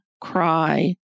cry